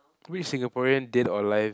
which Singaporean dead or alive